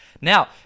Now